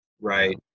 right